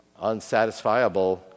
unsatisfiable